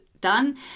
done